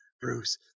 bruce